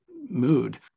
Mood